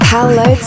Hello